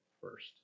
first